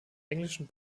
englischen